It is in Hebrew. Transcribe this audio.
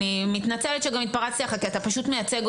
אני מתנצלת שגם התפרצתי לך כי אתה פשוט מייצגת